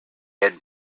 had